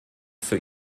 für